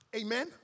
Amen